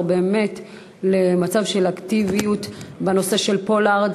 באמת למצב של אקטיביות בנושא של פולארד.